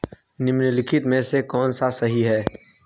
निम्नलिखित में से कौन सा सही है?